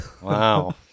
Wow